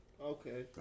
Okay